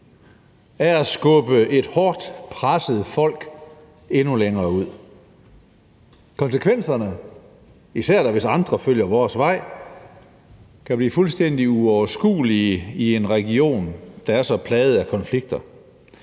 er at skubbe et hårdt presset folk endnu længere ud. Konsekvenserne, og da især hvis andre følger vores vej, kan blive fuldstændig uoverskuelige i en region, der er så plaget af konflikter.